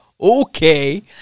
okay